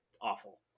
awful